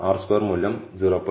R square മൂല്യം 0